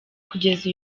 kugeza